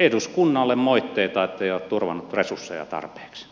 eduskunnalle moitteita ettei se ole turvannut resursseja tarpeeksi